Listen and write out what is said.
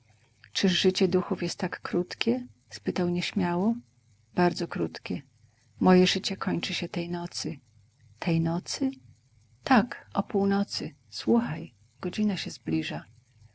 czyż życie duchów jest tak krótkie spytał nieśmiało bardzo krótkie moje życie kończy się tej nocy tej nocy tak o północy słuchaj godzina się zbliża